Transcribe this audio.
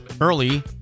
early